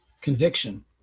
conviction